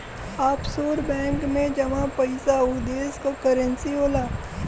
offshore bank में जमा पइसा उ देश क करेंसी होला